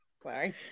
Sorry